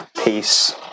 Peace